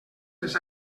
les